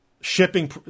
shipping –